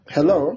Hello